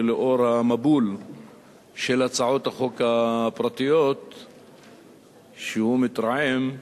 ולאור המבול של הצעות החוק הפרטיות שהוא מתרעם עליהן,